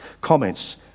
comments